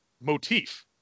motif